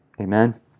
Amen